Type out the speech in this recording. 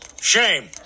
Shame